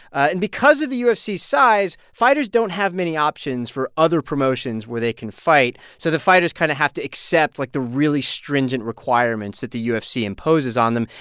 and because of the ufc's size, fighters don't have many options for other promotions where they can fight. so the fighters kind of have to accept, like, the really stringent requirements that the ufc imposes on them,